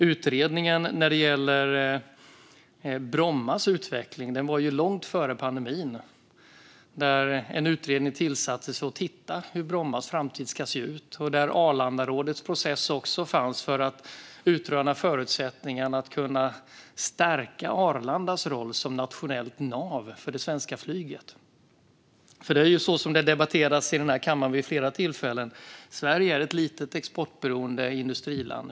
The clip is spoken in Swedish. Utredningen när det gäller Brommas utveckling tillsattes långt före pandemin för att titta på hur Brommas framtid ska se ut. Där fanns också Arlandarådets process för att utröna förutsättningarna att stärka Arlandas roll som nationellt nav för det svenska flyget. Som sagts i debatter i den här kammaren vid flera tillfällen är Sverige ett litet exportberoende industriland.